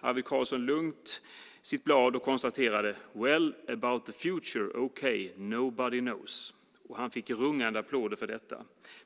Arvid Carlsson lugnt blad och konstaterade: Well, about the future, okay, nobody knows. Han fick rungande applåder för detta.